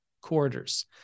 quarters